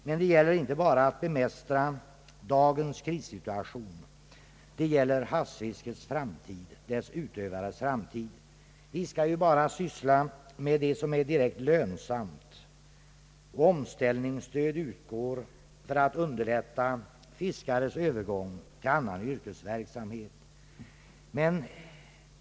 Men det gäller inte bara att bemästra dagens krissituation. Det gäller havsfiskets framtid — dess utövares framtid. Vi skall ju bara syssla med det som är direkt lönsamt, och omställningsstöd utgår för att underlätta fiskares övergång till annan yrkesverksamhet.